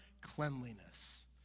cleanliness